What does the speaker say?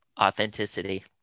Authenticity